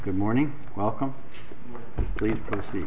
good morning welcome please proce